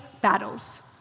battles